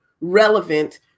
relevant